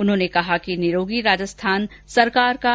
उन्होंने कहा कि निरोगी राजस्थान सरकार का